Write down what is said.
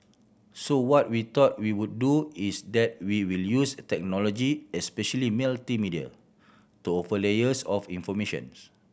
so what we thought we would do is that we will use technology especially multimedia to offer layers of information's